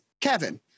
Kevin